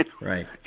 Right